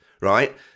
Right